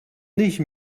nicht